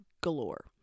galore